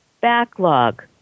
backlog